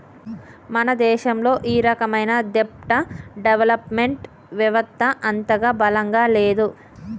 మన దేశంలో ఈ రకమైన దెబ్ట్ డెవలప్ మెంట్ వెవత్త అంతగా బలంగా లేదు